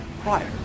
prior